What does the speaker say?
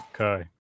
Okay